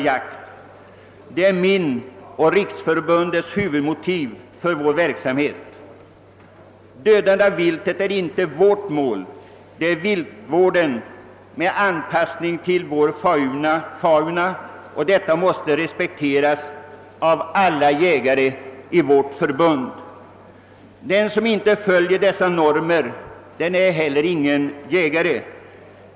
Det är huvudmotivet för min och riksförbundets verksamhet. Dödande av viltet är inte vårt mål, utan det är viltvård, anpassad till vår fauna, och detta måste respekteras av alla jägare i vårt förbund. Den som inte följer dessa normer är inte heller någon jägare.